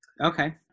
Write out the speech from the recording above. Okay